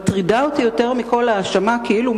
מטרידה אותי יותר מכול ההאשמה כאילו